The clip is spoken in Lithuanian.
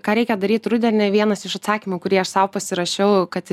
ką reikia daryti rudenį vienas iš atsakymų kurį aš sau pasirašiau kad